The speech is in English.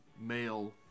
male